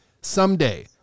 Someday